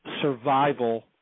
survival